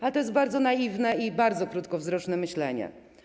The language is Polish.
Ale to jest bardzo naiwne i bardzo krótkowzroczne myślenie.